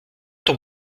ton